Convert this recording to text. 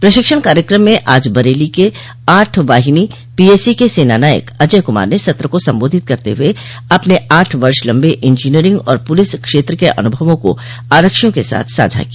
प्रशिक्षण कार्यक्रम में आज बरेली के आठ वाहिनी पीएसी के सेनानायक अजय कुमार ने सत्र को संबोधित करते हुए कहा अपने आठ वर्ष लम्बे इंजीनियरिंग और पुलिस क्षेत्र के अनुभवों को आरक्षियों के साथ साझा किया